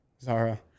Zara